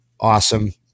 awesome